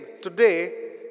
today